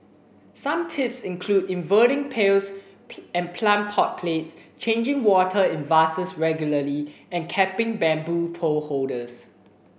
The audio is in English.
some tips include inverting pails and plant pot plates changing water in vases regularly and capping bamboo pole holders